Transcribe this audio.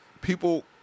people